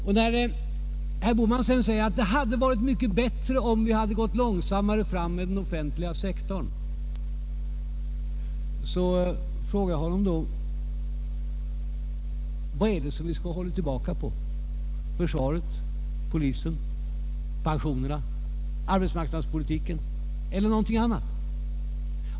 När herr Bohman sedan säger att det hade varit mycket bättre om vi hade gått långsammare fram med ökningen av den offentliga sektorn, så frågar jag honom: Vad är det som vi skulle ha hållit tillbaka på? Är det försvaret, polisen, pensionerna, arbetsmarknadspolitiken eller någonting annat?